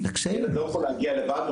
ילד לא יכול להגיע לבד,